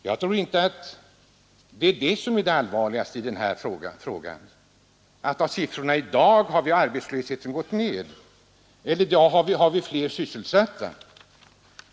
Jag tror inte att det är det väsentligaste i den här frågan att man av siffrorna i dag kan utläsa att arbetslösheten har gått ner eller att vi i dag har fler sysselsatta.